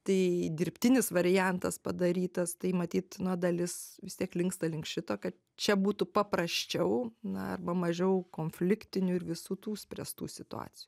tai dirbtinis variantas padarytas tai matyt na dalis vis tiek linksta link šito kad čia būtų paprasčiau na arba mažiau konfliktinių ir visų tų spręstų situacijų